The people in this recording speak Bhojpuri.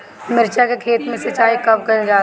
मिर्चा के खेत में सिचाई कब कइल जाला?